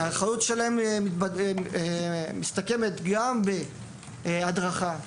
האחריות שלהם מסתכמת בהדרכה,